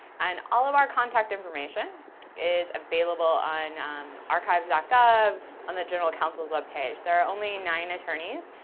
and all of our contact information is available on um archives ah gov, on the general counsel's web page. there are only nine attorneys.